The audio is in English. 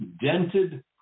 dented